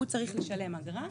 צריך לשלם אגרה.